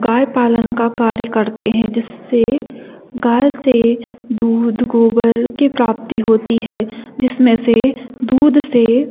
गाय पालन का कार्य करते हैं जिससे गाय से दूध गोबर की प्राप्ति होती है जिसमें से दूध से